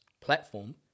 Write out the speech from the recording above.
platform